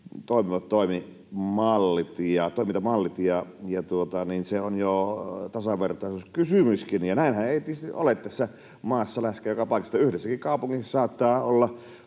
yhteneväiset toimintamallit. Se on tasavertaisuuskysymyskin. Näinhän ei tietysti ole tässä maassa, läheskään joka paikassa ei ole toimivat